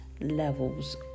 levels